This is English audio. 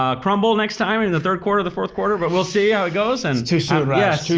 ah crumble next time in the third quarter, the fourth quarter, but we'll see how it goes. and too soon, raj, too